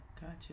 gotcha